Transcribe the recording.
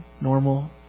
Normal